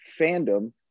fandom